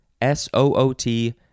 s-o-o-t